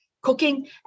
cooking